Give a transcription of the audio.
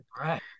Right